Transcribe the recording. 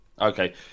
Okay